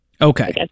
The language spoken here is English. Okay